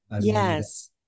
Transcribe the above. Yes